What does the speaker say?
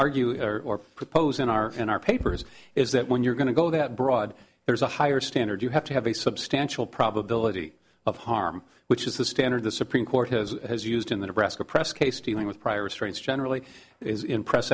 argue or propose in our in our papers is that when you're going to go that broad there's a higher standard you have to have a substantial probability of harm which is the standard the supreme court has has used in the nebraska press case dealing with prior restraints generally is in press